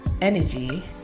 energy